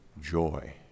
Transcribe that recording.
joy